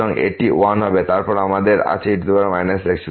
সুতরাং এটি হবে 1 তারপর আমাদের আছে e x